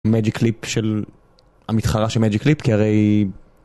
מג'יק ליפ של המתחרה של מג'יק ליפ, כי הרי...